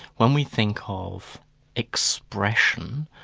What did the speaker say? when we think ah of expression,